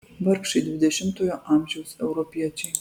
vargšai dvidešimtojo amžiaus europiečiai